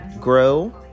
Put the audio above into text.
grow